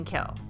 Kill